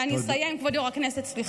ואני אסיים, כבוד היו"ר, סליחה,